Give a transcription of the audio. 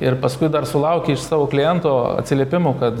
ir paskui dar sulauki iš savo kliento atsiliepimų kad